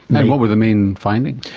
and what were the main findings?